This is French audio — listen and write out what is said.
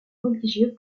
religieux